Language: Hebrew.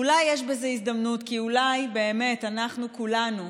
אולי יש בזה הזדמנות, כי אולי באמת אנחנו כולנו,